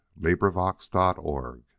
LibriVox.org